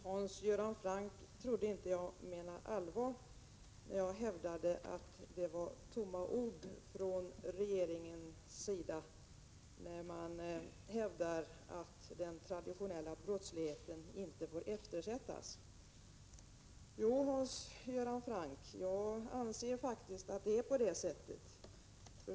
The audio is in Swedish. Herr talman! Hans Göran Franck trodde inte att jag menade allvar, när jag hävdade att det är tomma ord, när regeringen säger att den traditionella brottsligheten inte får eftersättas. Jo, Hans Göran Franck. Jag anser faktiskt att det är på det sättet.